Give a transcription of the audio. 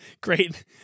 great